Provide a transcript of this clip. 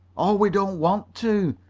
aw, we don't want to,